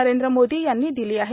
नरेंद्र मोदी यांनी दिली आहे